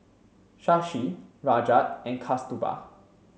Shashi Rajat and Kasturba